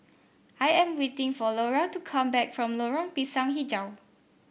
I am waiting for Laura to come back from Lorong Pisang hijau